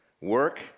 work